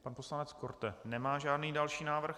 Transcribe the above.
Pan poslanec Korte nemá žádný další návrh.